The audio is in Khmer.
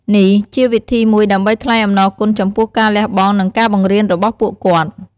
នេះជាវិធីមួយដើម្បីថ្លែងអំណរគុណចំពោះការលះបង់ និងការបង្រៀនរបស់ពួកគាត់។